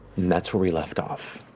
that's where we left off.